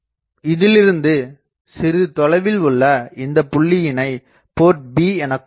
இதிலிருந்து சிறிது தொலைவில் உள்ள இந்தப் புள்ளியினைப் போர்ட் b எனக் கொள்வோம்